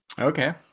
Okay